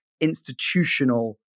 institutional